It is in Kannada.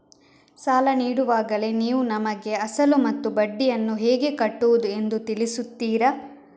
ಸಾಲ ನೀಡುವಾಗಲೇ ನೀವು ನಮಗೆ ಅಸಲು ಮತ್ತು ಬಡ್ಡಿಯನ್ನು ಹೇಗೆ ಕಟ್ಟುವುದು ಎಂದು ತಿಳಿಸುತ್ತೀರಾ?